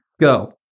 go